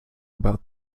about